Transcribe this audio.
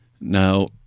Now